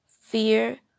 fear